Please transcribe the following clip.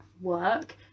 Work